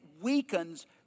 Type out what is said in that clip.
weakens